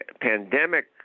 pandemic